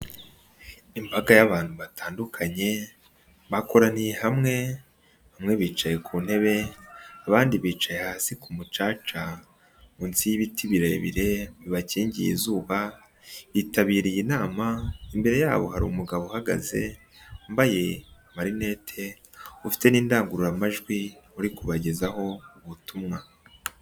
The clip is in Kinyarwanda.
Imbaga y'abantu batandukanye bakoraniye hamwe, bamwe bicaye ku ntebe, abandi bicaye hasi ku mucaca munsi y'ibiti birebire bibakingiye izuba, bitabiriye inama, imbere yabo hari umugabo uhagazembaye marinette ufite n'indangururamajwi uri kubagezaho ubutumwa.